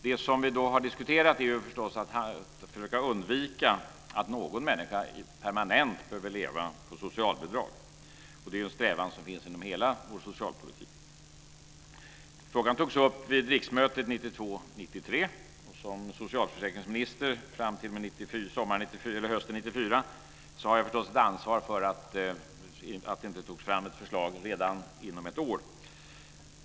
Det vi har diskuterat är förstås att försöka undvika att någon människa permanent behöver leva på socialbidrag. Det är en strävan som finns inom hela vår socialpolitik. Frågan togs upp vid riksmötet 1992/93. har jag förstås ett ansvar för att det inte togs fram ett förslag redan inom ett år.